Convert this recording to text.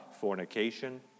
Fornication